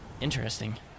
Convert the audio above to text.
Interesting